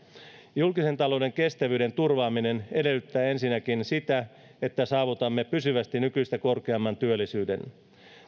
julkisen talouden kestävyyden turvaaminen edellyttää ensinnäkin sitä että saavutamme pysyvästi nykyistä korkeamman työllisyyden